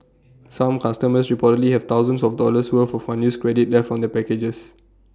some customers reportedly have thousands of dollars worth of unused credit left on their packages